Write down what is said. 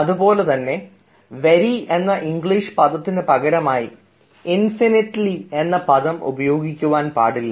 അതുപോലെതന്നെ വെരി എന്ന ഇംഗ്ലീഷ് പദത്തിന് പകരമായി ഇൻഫിനിറ്റിലി എന്ന പദം ഉപയോഗിക്കാൻ പാടില്ല